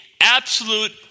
absolute